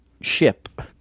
ship